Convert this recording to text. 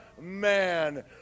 man